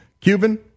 Cuban